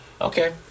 okay